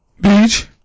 Beach